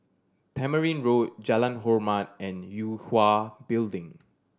Tamarind Road Jalan Hormat and Yue Hwa Building